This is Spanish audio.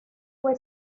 fue